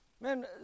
Man